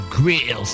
Grills